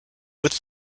with